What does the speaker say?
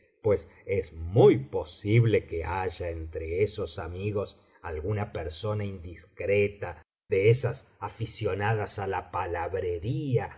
pues es muy posible que haya entre esos amigos alguna persona indiscreta de esas aficionadas á la palabrería